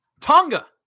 tonga